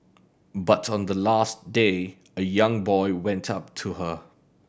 but on the last day a young boy went up to her